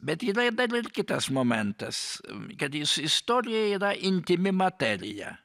bet yra ir dar ir kitas momentas kad is istorija yra intymi materija